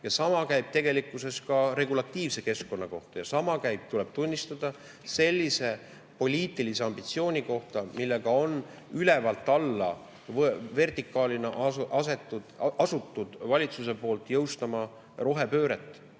Ja sama käib tegelikult ka regulatiivse keskkonna kohta ja sama käib, tuleb tunnistada, sellise poliitilise ambitsiooni kohta, millega valitsus on ülevalt alla vertikaalina asunud jõustama rohepööret,